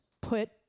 Put